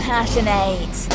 Passionate